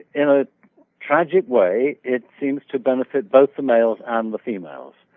in a tragic way it seems to benefit both the males and the females.